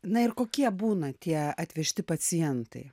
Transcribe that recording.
na ir kokie būna tie atvežti pacientai